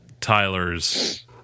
Tyler's